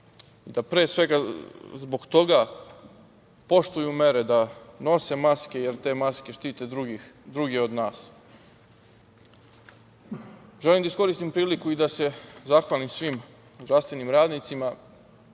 i da pre svega zbog toga poštuju mere, da nose maske, jer te maske štite druge od nas. Želim da iskoristim priliku i da se zahvalim svim zdravstvenim radnicima,